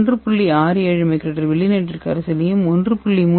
67µl வெள்ளி நைட்ரேட் கரைசலையும் 1